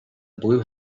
blue